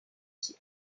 qui